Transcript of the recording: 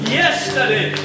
yesterday